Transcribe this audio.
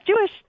Jewish